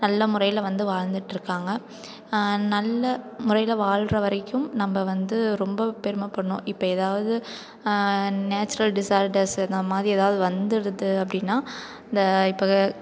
நல்ல முறையில் வந்து வாழ்ந்துட்டிருக்காங்க நல்ல முறையில் வாழுற வரைக்கும் நம்ப வந்து ரொம்ப பெருமைப்படணும் இப்போ ஏதாவது நேச்சுரல் டிசாடர்ஸு இந்த மாதிரி ஏதாவது வந்துடுது அப்படின்னா இந்த இப்போ க